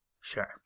Sure